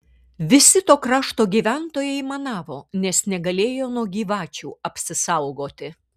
visi to krašto gyventojai aimanavo nes negalėjo nuo gyvačių apsisaugoti